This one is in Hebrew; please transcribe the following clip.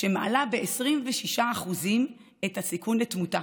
שמעלה ב-26% את הסיכון לתמותה.